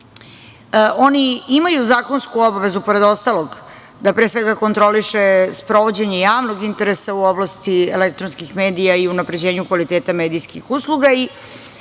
Oni imaju zakonsku obavezu, pored ostalog, da pre svega kontrolišu sprovođenje javnog interesa u oblasti elektronskih medija i unapređenju kvaliteta medijskih usluga. Da